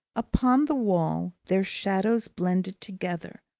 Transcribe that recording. upon the wall, their shadows blended together,